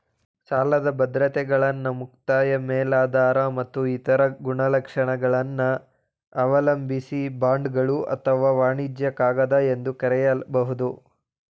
ಸಾಲದ ಬದ್ರತೆಗಳನ್ನ ಮುಕ್ತಾಯ ಮೇಲಾಧಾರ ಮತ್ತು ಇತರ ಗುಣಲಕ್ಷಣಗಳನ್ನ ಅವಲಂಬಿಸಿ ಬಾಂಡ್ಗಳು ಅಥವಾ ವಾಣಿಜ್ಯ ಕಾಗದ ಎಂದು ಕರೆಯಬಹುದು